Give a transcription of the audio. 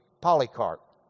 Polycarp